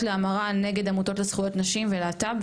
להמרה נגד עמותות לזכויות נשים ולהט"ב,